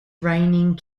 reigning